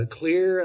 clear